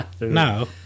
No